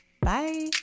Bye